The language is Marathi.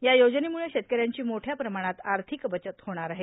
या योजनेमुळं शेतकऱ्यांची मोठ्या प्रमाणात आर्थिक बचत होणार आहे